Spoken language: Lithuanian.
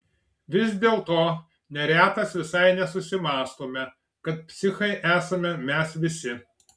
vis dėlto neretas visai nesusimąstome kad psichai esame mes visi